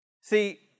See